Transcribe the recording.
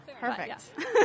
perfect